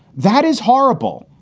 that is horrible.